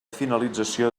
finalització